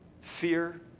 fear